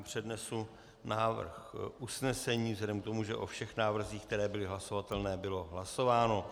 Přednesu návrh usnesení vzhledem k tomu, že o všech návrzích, které byly hlasovatelné, bylo hlasováno.